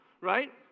right